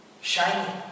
shiny